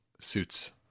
suits